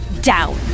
down